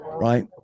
right